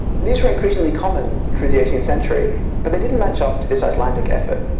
these were increasingly common through the eighteenth century but they didn't match up to this icelandic effort